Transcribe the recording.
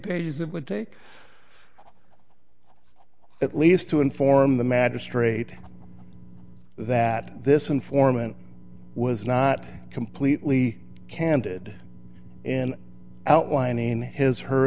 take at least to inform the magistrate that this informant was not completely candid and outlining his her